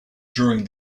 during